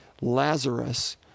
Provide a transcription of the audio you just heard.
Lazarus